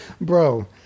bro